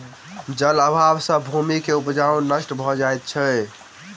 जल अभाव सॅ भूमि के उपजाऊपन नष्ट भ जाइत अछि